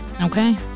Okay